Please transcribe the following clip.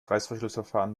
reißverschlussverfahren